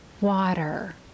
water